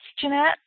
Jeanette